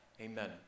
amen